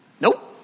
Nope